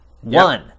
one